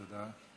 תודה.